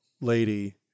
lady